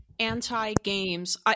anti-games